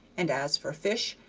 and as for fish,